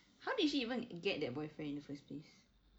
how did she even get that boyfriend in the first place